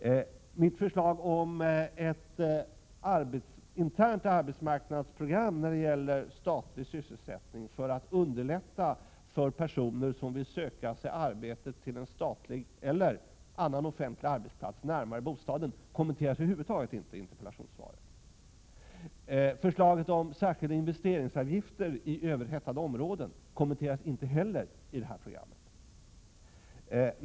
Mitt förslag om ett internt arbetsmarknadsprogram när det gäller statlig sysselsättning för att underlätta för personer som vill söka sig till en statlig eller annan offentlig arbetsplats närmare bostaden, kommenteras över huvud taget inte i svaret. Förslaget om särskilda investeringsavgifter i överhettade områden kommenteras inte heller i det här programmet.